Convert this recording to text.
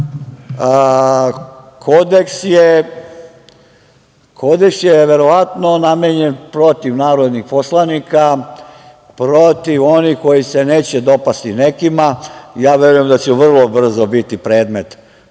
Kodeks je verovatno namenjen protiv narodnih poslanika, protiv onih koji se neće dopasti nekima. Ja verujem da ću vrlo brzo biti predmet tog